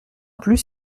plus